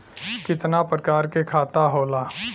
कितना प्रकार के खाता होला?